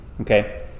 Okay